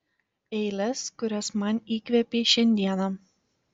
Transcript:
eiles kurias man įkvėpei šiandieną